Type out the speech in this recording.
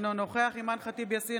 אינו נוכח אימאן ח'טיב יאסין,